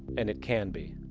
and it can be.